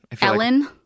Ellen